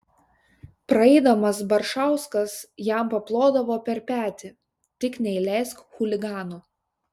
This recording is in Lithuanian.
praeidamas baršauskas jam paplodavo per petį tik neįleisk chuliganų